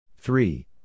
Three